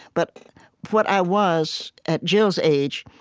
but what i was at jill's age,